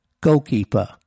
goalkeeper